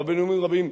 אבל בנאומים רבים,